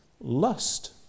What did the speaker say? lust